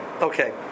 Okay